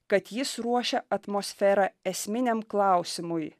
kad jis ruošia atmosferą esminiam klausimui